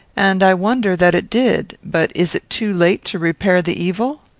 and i wonder that it did but is it too late to repair the evil?